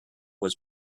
was